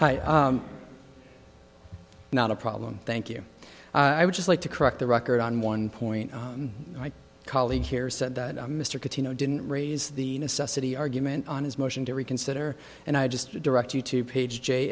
honor not a problem thank you i would just like to correct the record on one point my colleague here said that mr casino didn't raise the necessity argument on his motion to reconsider and i just direct you to page j